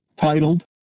titled